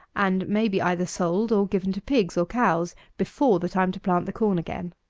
and may be either sold or given to pigs, or cows, before the time to plant the corn again.